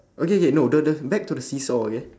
okay K no the the back to the seesaw again